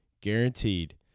guaranteed